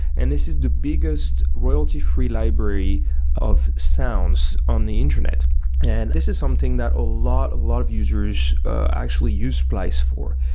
and this is the biggest royalty-free library of sounds on the internet and this is something that a lot, a lot of users actually use splice for.